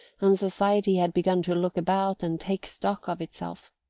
and society had begun to look about and take stock of itself.